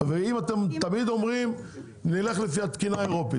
אתם תמיד אומרים: נלך לפי התקינה האירופית